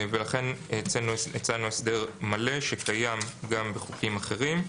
ולכן הצענו הסדר מלא שקיים גם בחוקים אחרים,